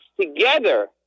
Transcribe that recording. together